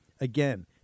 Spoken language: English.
Again